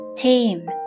Team